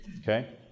Okay